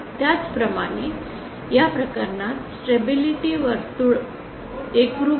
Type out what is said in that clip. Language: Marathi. त्याचप्रमाणे या प्रकरणात स्टेबिलिटी वर्तुळ एकरूप आहे